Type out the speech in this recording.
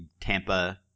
tampa